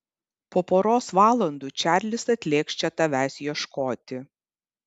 po poros valandų čarlis atlėks čia tavęs ieškoti